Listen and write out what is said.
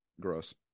gross